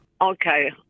Okay